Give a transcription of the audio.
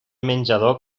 menjador